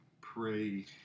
pray